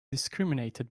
discriminated